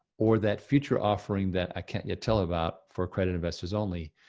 or that future offering that i can't yet tell about for accredited investors only,